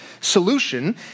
solution